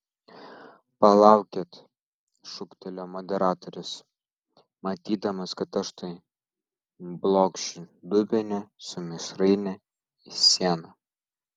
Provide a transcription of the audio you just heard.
palaukit šūktelėjo moderatorius matydamas kad aš tuoj blokšiu dubenį su mišraine į sieną